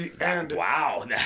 wow